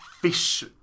fish